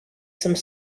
some